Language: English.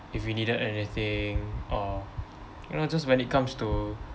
if we needed anything or you know just when it comes to